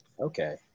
Okay